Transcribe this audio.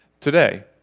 today